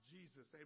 Jesus